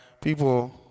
people